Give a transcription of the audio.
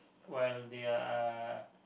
while they are